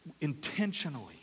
intentionally